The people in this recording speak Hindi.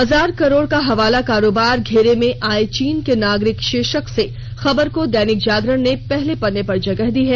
हजार करोड़ का हवाला कारोबार घेरे में आये चीन के नागरिक शीर्षक से खबर को दैनिक जागरण ने पहले पत्रे पर जगह दी है